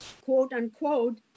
quote-unquote